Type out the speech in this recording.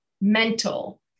mental